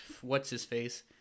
what's-his-face